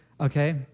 okay